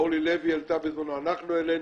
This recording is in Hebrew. אורלי לוי העלתה בזמנו, אנחנו העלינו.